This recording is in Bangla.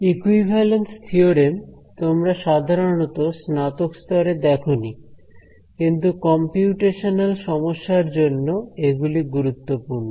ইকুইভ্যালেন্স থিওরেম তোমরা সাধারণত স্নাতক স্তরে দেখনি কিন্তু কম্পিউটেশনাল সমস্যার জন্য এগুলি গুরুত্বপূর্ণ